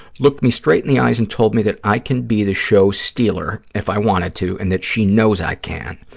looked me straight in the eyes and told me that i can be the show stealer if i wanted to and that she knows i can,